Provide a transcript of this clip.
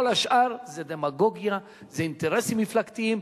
כל השאר זה דמגוגיה, זה אינטרסים מפלגתיים.